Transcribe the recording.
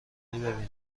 ببینم